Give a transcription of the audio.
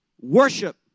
Worship